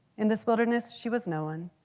in this wilderness, she was no one.